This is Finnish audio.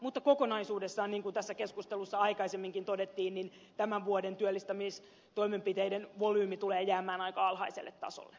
mutta kokonaisuudessaan niin kuin tässä keskustelussa aikaisemminkin todettiin tämän vuoden työllistämistoimenpiteiden volyymi tulee jäämään aika alhaiselle tasolle